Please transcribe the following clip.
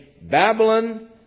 Babylon